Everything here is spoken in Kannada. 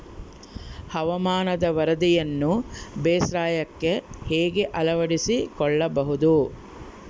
ಹವಾಮಾನದ ವರದಿಯನ್ನು ಬೇಸಾಯಕ್ಕೆ ಹೇಗೆ ಅಳವಡಿಸಿಕೊಳ್ಳಬಹುದು?